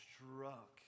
struck